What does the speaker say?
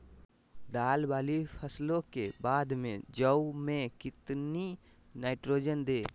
दाल वाली फसलों के बाद में जौ में कितनी नाइट्रोजन दें?